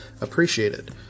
appreciated